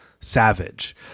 savage